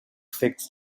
fix